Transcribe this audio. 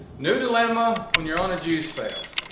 new dilemma when you're on a juice fast.